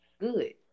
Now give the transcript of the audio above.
good